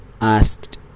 asked